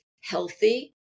healthy